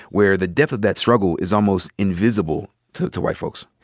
where the depth of that struggle is almost invisible to to white folks?